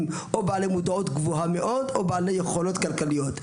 או בעלי מודעות גבוהה מאוד או בעלי יכולות כלכליות.